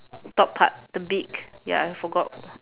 top part the beak ya I forgot